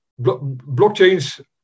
blockchains